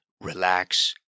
relax